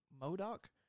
Modoc